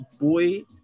Boy